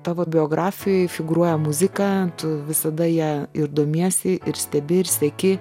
tavo biografijoj figūruoja muzika tu visada ja ir domiesi ir stebi ir seki